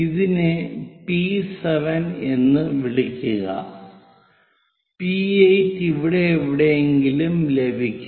ഇതിനെ പി 7 എന്ന് വിളിക്കുക പി 8 ഇവിടെ എവിടെയെങ്കിലും ലഭിക്കും